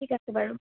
ঠিক আছে বাৰু